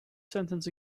sentence